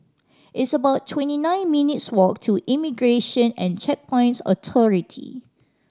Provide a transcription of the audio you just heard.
it's about twenty nine minutes' walk to Immigration and Checkpoints Authority